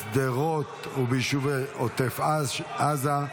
בשדרות וביישובי עוטף עזה),